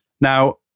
Now